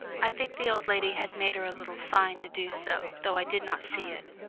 i think the old lady had made her a little sign to do so, though i did not see it.